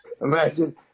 Imagine